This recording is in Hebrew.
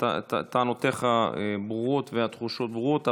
טענותיך ברורות והתחושות ברורות,